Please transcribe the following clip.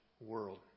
world